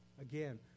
Again